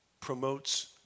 promotes